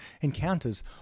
encounters